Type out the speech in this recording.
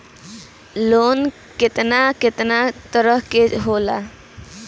Loan केतना केतना तरह के होला?